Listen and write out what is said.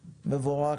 מבורך,